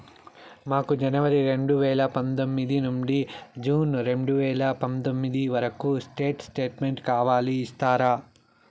మాకు జనవరి రెండు వేల పందొమ్మిది నుండి జూన్ రెండు వేల పందొమ్మిది వరకు స్టేట్ స్టేట్మెంట్ కావాలి ఇస్తారా